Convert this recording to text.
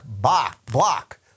block